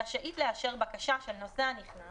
רשאית לאשר בקשה של נוסע נכנס